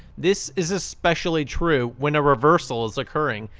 this is especially true when a reversal is occuring,